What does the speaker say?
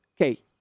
okay